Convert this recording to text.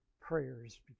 prayers